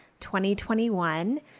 2021